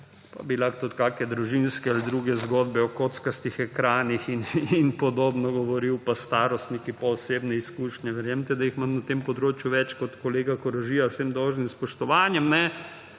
pa bi lahko tudi kakšne družinske ali druge zgodbe o kockastih ekranih in podobno govoril pa o starostnikih pa osebnih izkušnjah. Verjemite, da jih imam na tem področju več kot kolega Koražija – z vsem dolžnim spoštovanjem –